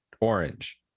orange